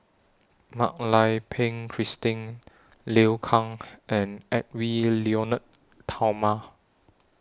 Mak Lai Peng Christine Liu Kang and Edwy Lyonet Talma